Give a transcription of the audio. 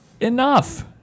Enough